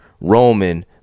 Roman